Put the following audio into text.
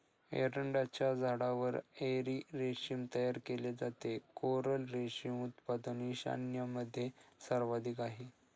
एरंडाच्या झाडावर एरी रेशीम तयार केले जाते, कोरल रेशीम उत्पादन ईशान्येमध्ये सर्वाधिक आहे